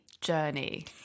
journey